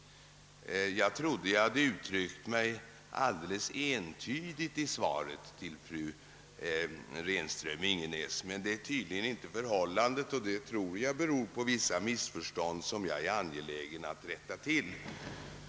Jag trodde att jag hade uttryckt mig alldeles klart i svaret till från Renström-Ingenäs, men så tycks inte vara fallet. Det föreligger tydligen vissa missförstånd, som jag är angelägen rätta till.